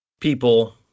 people